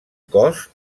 cos